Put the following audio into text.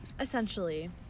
essentially